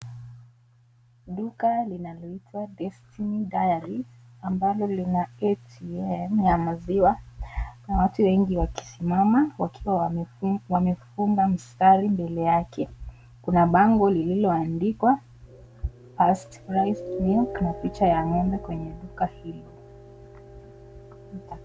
Duka linaloitwa Destiny Dairies ambalo lina ATM ya maziwa na watu wengi wakisimama wakiwa wamefunga mstari mbele yake. Kuna bango lililoandikwa fast priced milk na picha ye ng'ombe kwenye duka hilo.